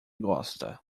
gosta